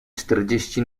czterdzieści